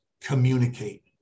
communicate